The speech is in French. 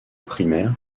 primaire